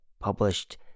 Published